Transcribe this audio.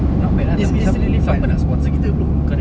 not bad lah tapi siapa siapa nak sponsor kita bro